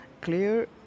clear